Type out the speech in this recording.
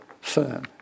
firm